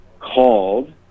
called